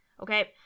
Okay